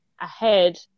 ahead